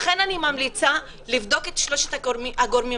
לכן אני ממליצה לבדוק את שלושת הגורמים